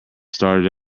started